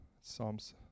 Psalms